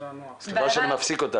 שלנו --- סליחה שאני מפסיק אותך,